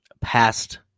past